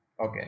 Okay